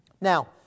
Now